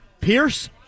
Pierce